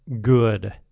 good